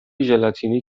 ژلاتینی